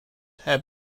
have